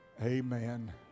amen